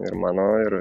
ir mano ir